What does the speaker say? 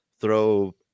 throw